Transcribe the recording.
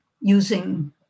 using